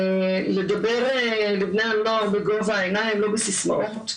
לדבר לבני הנוער בגובה העיניים ולא בסיסמאות,